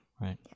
Right